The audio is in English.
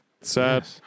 Sad